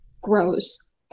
grows